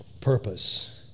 Purpose